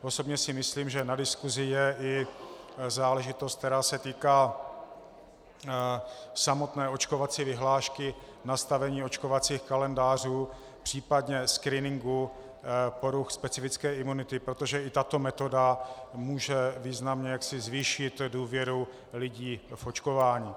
Osobně si myslím, že na diskusi je i záležitost, která se týká samotné očkovací vyhlášky, nastavení očkovacích kalendářů, případně screeningu poruch specifické imunity, protože i tato metoda může významně zvýšit důvěru lidí v očkování.